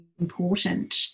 important